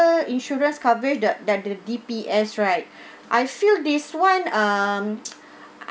insurance coverage the that the D_P_S right I feel this one um